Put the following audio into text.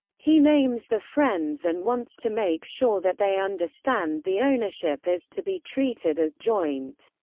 he names the friends and wants to make sure that they understand the ownership is to be treated as joint.